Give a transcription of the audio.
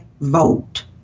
vote